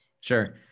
Sure